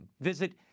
visit